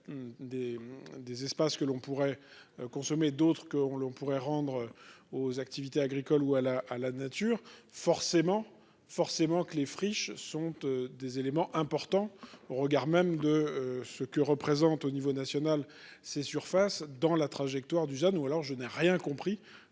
des espaces que l'on pourrait. Consommer d'autres qu'on l'on pourrait rendre aux activités agricoles ou à la à la nature. Forcément, forcément que les friches sont des éléments importants au regard même de ce que représente au niveau national ces surfaces dans la trajectoire du jeune ou alors je n'ai rien compris